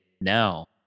now